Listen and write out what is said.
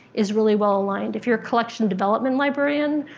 is really well-aligned. if you're a collection development librarian,